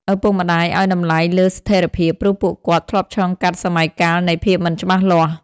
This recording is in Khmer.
ឪពុកម្តាយឲ្យតម្លៃលើ "ស្ថិរភាព" ព្រោះពួកគាត់ធ្លាប់ឆ្លងកាត់សម័យកាលនៃភាពមិនច្បាស់លាស់។